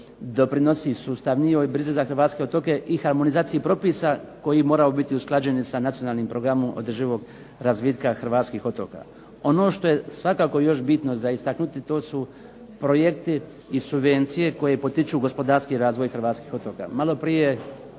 doprinosi sustavnijoj brizi za Hrvatske otoke i harmonizaciji propisa koji moraju biti usklađeni sa nacionalnim programom održivog razvitka Hrvatskih otoka. Ono što je svakako još bitno za istaknuti to su projekti i subvencije koje potiču razvoj Hrvatskih otoka.